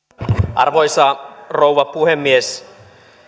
arvoisa rouva puhemies